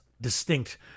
distinct